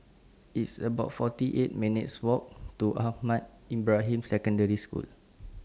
It's about forty eight minutes' Walk to Ahmad Ibrahim Secondary School